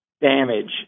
damage